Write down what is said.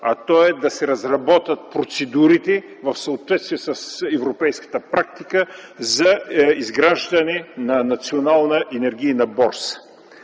а то е да се разработят процедурите в съответствие с европейската практика за изграждане на национална енергийна борса.